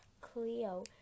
Cleo